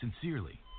Sincerely